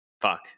fuck